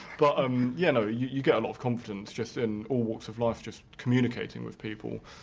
but um yeah, no, you you get a lot of confidence just in all walks of life, just communicating with people,